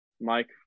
Mike